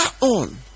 on